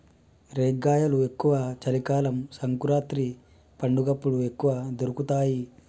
రేగ్గాయలు ఎక్కువ చలి కాలం సంకురాత్రి పండగప్పుడు ఎక్కువ దొరుకుతాయి